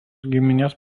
giminės